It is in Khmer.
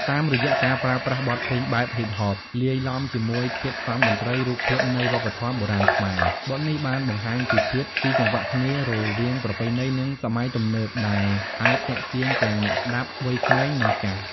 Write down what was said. តាមរយៈការប្រើប្រាស់បទភ្លេងបែបហ៊ីបហប លាយឡំជាមួយធាតុផ្សំតន្ត្រី រូបភាពនៃវប្បធម៌បុរាណខ្មែរ បទនេះបានបង្ហាញពីភាពស៊ីសង្វាក់គ្នារវាងប្រពៃណី និងសម័យទំនើប ដែលអាចទាក់ទាញទាំងអ្នកស្តាប់វ័យក្មេង និងចាស់។